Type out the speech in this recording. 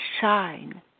shine